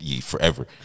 forever